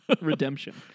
Redemption